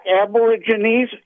aborigines